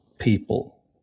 people